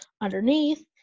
underneath